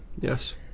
Yes